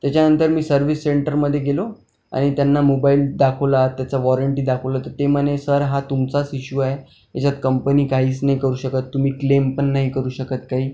त्याच्यानंतर मी सर्व्हिस सेंटरमध्ये गेलो आणि त्यांना मोबाईल दाखवला त्याचं वॉरंटी दाखवलं तर ते म्हणे सर हा तुमचाच इश्यु आहे ह्यात कंपनी काहीच नाही करू शकत तुम्ही क्लेम पण नाही करू शकत काही